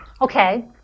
Okay